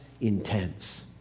intense